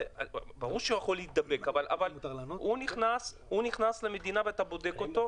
ברור שהוא יכול להידבק אבל הוא נכנס למדינה ואתה בודק אותו.